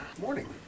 Morning